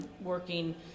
working